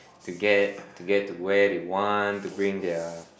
to get to get to where they want to bring their